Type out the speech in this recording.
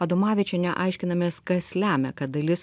adomavičienė aiškinamės kas lemia kad dalis